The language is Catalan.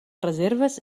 reserves